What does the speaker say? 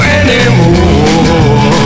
anymore